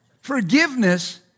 Forgiveness